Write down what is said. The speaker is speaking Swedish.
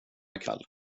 ikväll